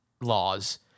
laws